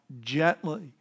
gently